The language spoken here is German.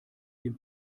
dem